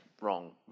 wrong